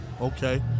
Okay